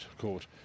court